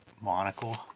Monocle